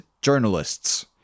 journalists